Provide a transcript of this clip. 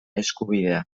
eskubidea